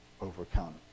overcome